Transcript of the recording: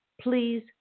please